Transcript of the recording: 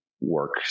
work